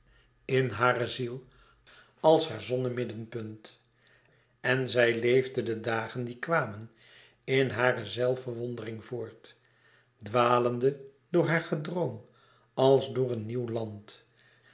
in hare ziel als haar zonne middenpunt en zij leefde de dagen die kwamen in hare zelfverwondering voort dwalende door haar gedroom als door een nieuw land